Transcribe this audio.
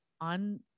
on